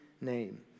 name